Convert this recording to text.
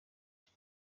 cyo